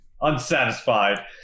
Unsatisfied